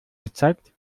gezeigt